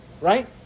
Right